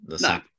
No